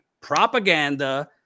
propaganda